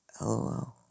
LOL